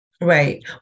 Right